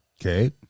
okay